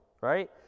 right